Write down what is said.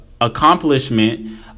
accomplishment